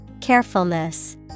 Carefulness